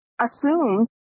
assumed